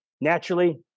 naturally